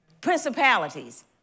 Principalities